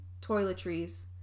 toiletries